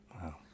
Wow